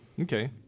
Okay